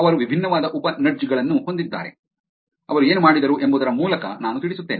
ಅವರು ವಿಭಿನ್ನವಾದ ಉಪ ನಡ್ಜ್ ಗಳನ್ನು ಹೊಂದಿದ್ದಾರೆ ಅವರು ಏನು ಮಾಡಿದರು ಎಂಬುದರ ಮೂಲಕ ನಾನು ತಿಳಿಸುತ್ತೇನೆ